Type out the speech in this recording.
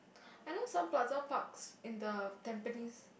I know some Plaza Parks in the tampines